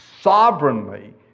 sovereignly